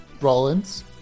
rollins